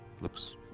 looks